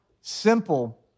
Simple